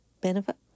benefit